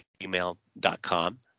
gmail.com